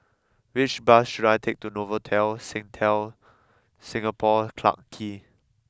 which bus should I take to Novotel sing tell Singapore Clarke Quay